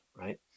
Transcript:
right